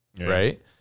right